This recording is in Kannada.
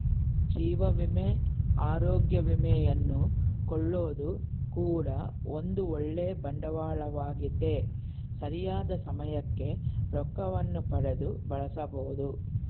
ಜೀವ ವಿಮೆ, ಅರೋಗ್ಯ ವಿಮೆಯನ್ನು ಕೊಳ್ಳೊದು ಕೂಡ ಒಂದು ಓಳ್ಳೆ ಬಂಡವಾಳವಾಗೆತೆ, ಸರಿಯಾದ ಸಮಯಕ್ಕೆ ರೊಕ್ಕವನ್ನು ಪಡೆದು ಬಳಸಬೊದು